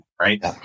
right